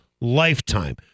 lifetime